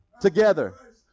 together